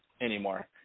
anymore